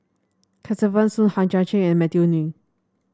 Kesavan Soon Hang Chang Chieh and Matthew Ngui